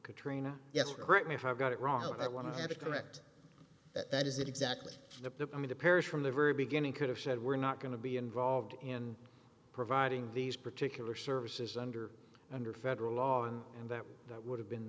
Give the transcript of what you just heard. katrina yes correct me if i've got it wrong but i want to have to correct that that is exactly the i mean the parish from the very beginning could have said we're not going to be involved in providing these particular services under under federal law and and that that would have been